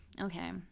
okay